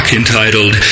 entitled